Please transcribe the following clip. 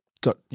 got